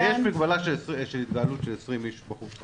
הרי יש מגבלה של התקהלות של 20 איש בחוץ.